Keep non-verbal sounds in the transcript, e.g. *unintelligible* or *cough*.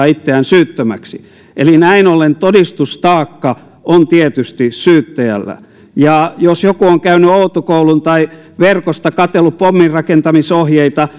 *unintelligible* itseään syyttömäksi eli näin ollen todistustaakka on tietysti syyttäjällä ja jos joku on käynyt autokoulun tai verkosta katsellut pommin rakentamisohjeita *unintelligible*